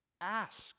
ask